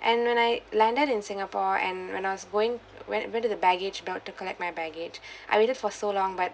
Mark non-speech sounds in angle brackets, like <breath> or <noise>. and when I landed in singapore and when I was going went went to the baggage belt to collect my baggage <breath> I waited for so long but